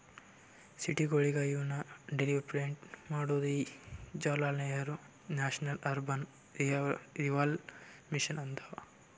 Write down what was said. ಸಿಟಿಗೊಳಿಗ ಇನ್ನಾ ಡೆವಲಪ್ಮೆಂಟ್ ಮಾಡೋದೇ ಈ Jawaharlal Nehru national urban renewal mission ಅದಾ